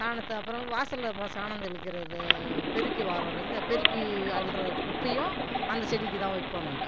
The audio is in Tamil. சாணத்தை அப்புறம் வாசலில் ம சாணம் தெளிக்கிறது பெருக்கி வாருகிறோம் இல்லை பெருக்கி அள்ளுற குப்பையும் அந்த செடிக்குதான் வைப்போம் நாங்கள்